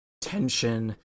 tension